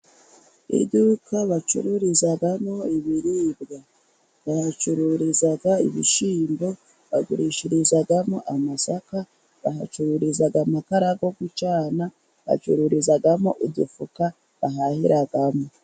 Iduka bacururizamo ibiribwa. Bahacururiza ibishyimbo bagurishirizamo amasaka, bahacururiza amakara yo gucana, bacururizamo udufuka bahahiramo.